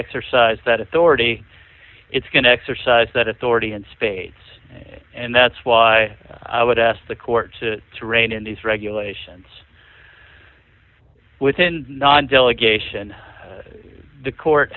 exercise that authority it's going to exercise that authority in spades and that's why i would ask the court to rein in these regulations within non delegation the court